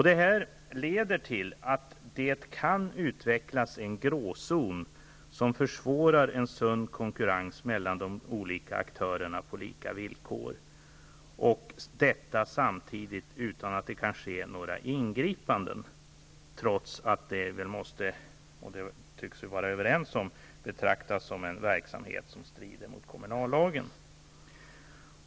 Detta leder till att det kan utvecklas en gråzon, som försvårar en sund konkurrens mellan de olika aktörerna på lika villkor, samtidigt som det är omöjligt att genomföra några ingripanden, trots att detta -- det tycks vi vara överens om -- väl måste betraktas som en verksamhet som strider mot kommunallagen.